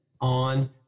on